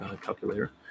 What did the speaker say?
calculator